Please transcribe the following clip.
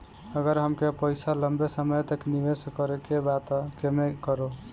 अगर हमके पईसा लंबे समय तक निवेश करेके बा त केमें करों?